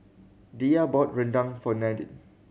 Diya bought rendang for Nadine